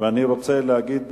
ואני רוצה להגיד בשבחך,